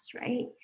right